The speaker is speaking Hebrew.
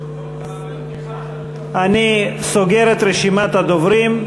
אני סוגר את רשימת הדוברים,